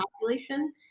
population